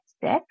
six